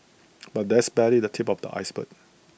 but that's barely the tip of the iceberg